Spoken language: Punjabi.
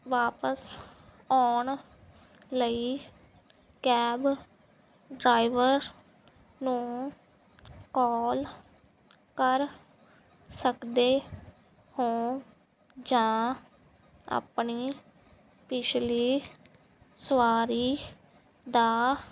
ਵਾਪਿਸ ਆਉਣ ਲਈ ਕੈਬ ਡਰਾਈਵਰ ਨੂੰ ਕੌਲ ਕਰ ਸਕਦੇ ਹੋ ਜਾਂ ਆਪਣੀ ਪਿਛਲੀ ਸਵਾਰੀ ਦਾ